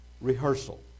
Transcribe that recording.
rehearsal